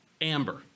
Amber